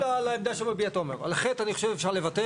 שיהיה בתקנות, אז נעשה את זה.